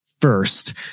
first